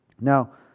Now